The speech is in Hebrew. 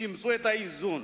תמצאו את האיזון.